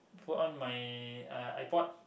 put on my iPad